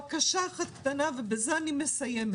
בקשה אחת קטנה, ובזה אני מסיימת